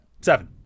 Seven